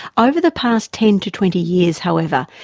over the past ten to twenty years however,